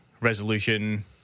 resolution